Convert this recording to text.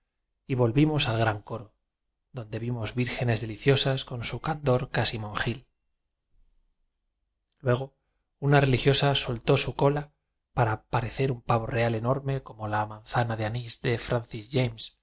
y volvimos al gran coro don de vimos vírgenes deliciosas con su candor casi monjil luego una religiosa soltó su cola para parecer un pavo real enorme como la manzana de anís de